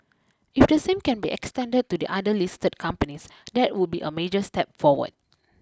if the same can be extended to the other listed companies that would be a major step forward